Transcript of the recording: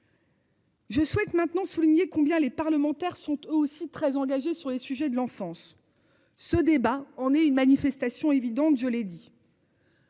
Je souhaite maintenant souligner combien les parlementaires sont aussi très engagé sur les sujets de l'enfance. Ce débat, on est une manifestation évidente, je l'ai dit.--